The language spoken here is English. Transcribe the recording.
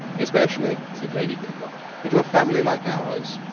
especially, said lady kimbuck, into a family like ours.